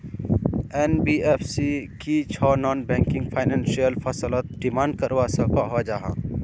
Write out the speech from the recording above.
NBFC की छौ non banking financial फसलोत डिमांड करवा सकोहो जाहा?